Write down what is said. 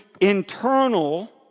internal